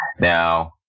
Now